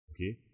okay